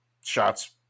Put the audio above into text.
shots